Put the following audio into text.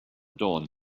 dawn